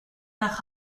nach